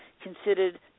considered